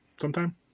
sometime